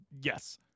yes